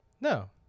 No